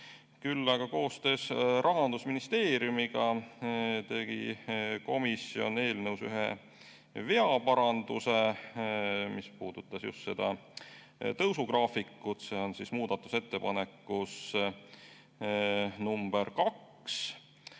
aga koostöös Rahandusministeeriumiga tegi komisjon eelnõus ühe veaparanduse, mis puudutas just seda tõusu graafikut. See on muudatusettepanekus nr 2.